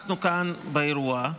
אנחנו כאן באירוע,